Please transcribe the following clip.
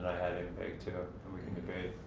had him pegged to and we can debate.